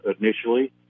initially